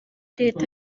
leta